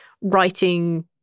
writing